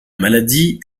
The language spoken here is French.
maladie